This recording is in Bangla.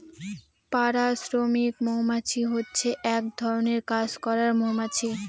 পাড়া শ্রমিক মৌমাছি হচ্ছে এক ধরনের কাজ করার মৌমাছি